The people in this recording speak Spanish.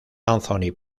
anthony